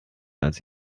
als